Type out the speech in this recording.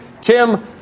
Tim